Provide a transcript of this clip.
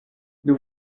nous